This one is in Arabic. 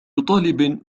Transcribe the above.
طالب